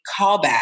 callback